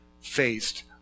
faced